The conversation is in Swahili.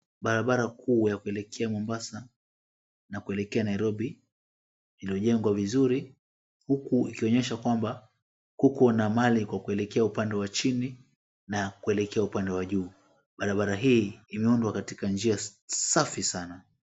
Barabara kuu ya kuelekea mombasa na kuelekea nairobi iliojengwa vizuri, huku ikionyesha kwamba, kukona na mahali pa kuelekea upande wa chini na kuelekea upande wa juu, barabara hii imeundwa katika njia safi sana.